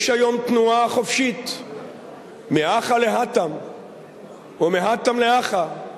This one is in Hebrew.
יש היום תנועה חופשית מהכא להתם ומהתם להכא,